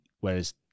Whereas